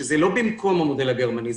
זה לא במקום המודל הגרמני,